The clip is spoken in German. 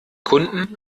kunden